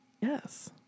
Yes